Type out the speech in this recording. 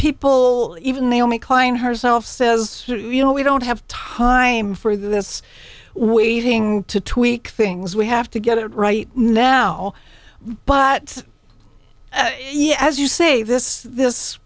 people even they all make line herself says you know we don't have time for this waiting to tweak things we have to get it right now but yet as you say this this